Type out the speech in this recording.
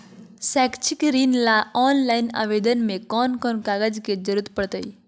शैक्षिक ऋण ला ऑनलाइन आवेदन में कौन कौन कागज के ज़रूरत पड़तई?